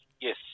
yes